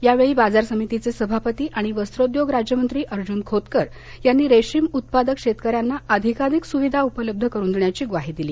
यावेळी बाजार समितीचे सभापती आणि वस्त्रोद्योग राज्यमंत्री अर्जुन खोतकर यांनी रेशीम उत्पादक शेतकऱ्यांना अधिकाधिक सुविधा उपलब्ध करून देण्याची ग्वाही दिली